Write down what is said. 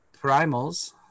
primals